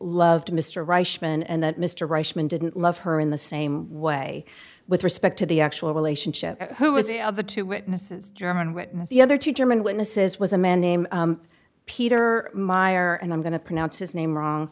loved mr rushton and that mr reisman didn't love her in the same way with respect to the actual relationship who was the of the two witnesses german witness the other two german witnesses was a man named peter meyer and i'm going to pronounce his name wrong